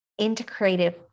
integrative